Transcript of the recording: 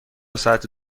ساعت